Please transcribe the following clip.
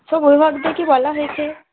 সব অভিভাবকদেরকে বলা হয়েছে